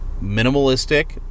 minimalistic